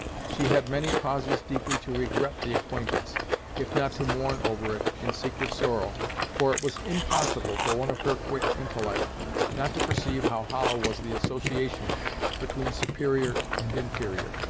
she had many causes deeply to regret the acquaintance if not to mourn over it, in secret sorrow for it was impossible for one of her quick intellect not to perceive how hollow was the association between superior and inferior,